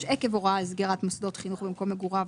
כתוב: עקב הוראה על סגירת מוסדות חינוך במקום מגוריו.